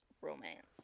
romance